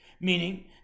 Meaning